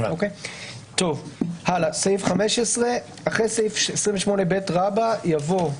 "אחרי סעיף 28ב יבוא: